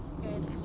Good